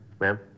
Ma'am